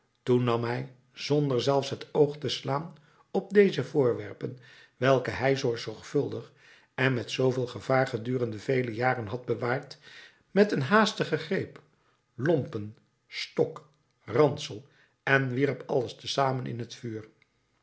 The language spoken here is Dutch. toen nam hij zonder zelfs het oog te slaan op deze voorwerpen welke hij zoo zorgvuldig en met zooveel gevaar gedurende vele jaren had bewaard met een haastigen greep lompen stok ransel en wierp alles te zamen in het vuur